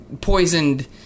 poisoned